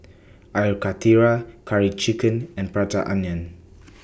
Air Karthira Curry Chicken and Prata Onion